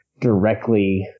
directly